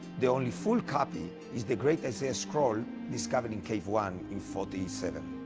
the only full copy is the great isaiah scroll discovered in cave one in forty seven.